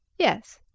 yes.